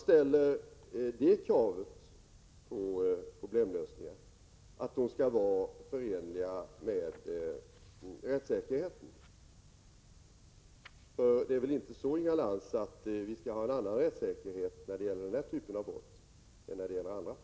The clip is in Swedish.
Ett krav som jag ställer på problemlösningar är att de skall vara förenliga med rättssäkerheten, eftersom vi väl inte skall ha en annan rättssäkerhet när det gäller denna typ av brott, Inga Lantz?